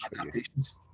adaptations